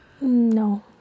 No